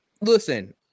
Listen